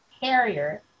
carrier